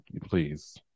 Please